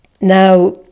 Now